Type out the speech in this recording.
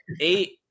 eight